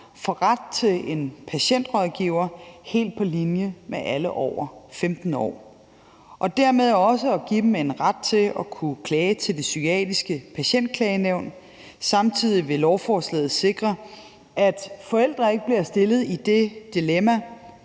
får ret til en patientrådgiver helt på linje med alle over 15 år, hvilket dermed også handler om at give dem en ret til at kunne klage til Det Psykiatriske Patientklagenævn. Samtidig vil lovforslaget sikre, at forældre ikke bliver stillet i det dilemma,